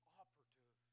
operative